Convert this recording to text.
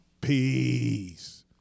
Peace